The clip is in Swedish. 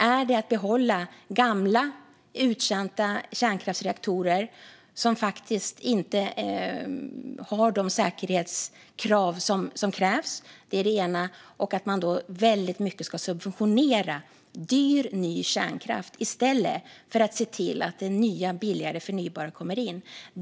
Är det att behålla gamla, uttjänta kärnkraftsreaktorer som inte uppfyller säkerhetskraven eller att subventionera dyr, ny kärnkraft i stället för att se till att det nya, billigare och förnybara kommer in?